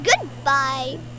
Goodbye